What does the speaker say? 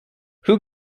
who